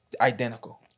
identical